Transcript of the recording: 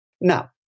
Now